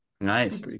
Nice